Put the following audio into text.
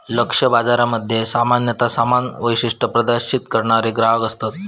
लक्ष्य बाजारामध्ये सामान्यता समान वैशिष्ट्ये प्रदर्शित करणारे ग्राहक असतत